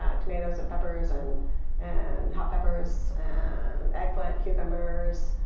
ah tomatoes and peppers and and hot peppers and eggplant, cucumbers.